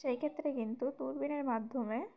সেই ক্ষেত্রে কিন্তু দূরবীনের মাধ্যমে